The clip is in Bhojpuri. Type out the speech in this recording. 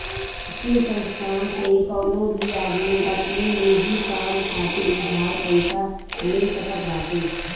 वित्तीय संस्थान से कवनो भी आदमी अपनी निजी काम खातिर उधार पईसा ले सकत बाटे